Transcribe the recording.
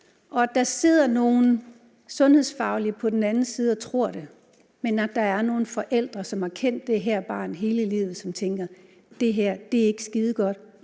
at der sidder nogle sundhedsfaglige på den anden side og tror det, men at der er nogle forældre, som har kendt det her barn hele livet, som tænker: Det her er ikke skidegodt,